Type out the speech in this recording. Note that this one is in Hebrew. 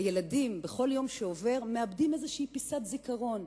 הילדים, בכל יום שעובר, מאבדים איזו פיסת זיכרון,